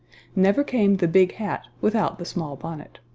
never came the big hat without the small bonnet.